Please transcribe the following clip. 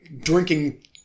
drinking